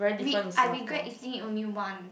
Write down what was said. re~ I regret eating only one